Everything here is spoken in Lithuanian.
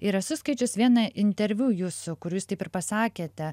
ir esu skaičius vieną interviu jūsų kur jūs taip ir pasakėte